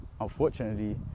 unfortunately